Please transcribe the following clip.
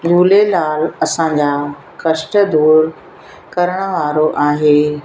झूलेलाल असांजा कष्ट दूरि करण वारो आहे